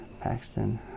Paxton